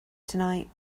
tonight